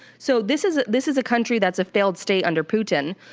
so this is this is a country that's a failed state under putin.